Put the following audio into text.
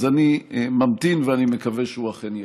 אז אני ממתין, ואני מקווה שהוא אכן יגיע.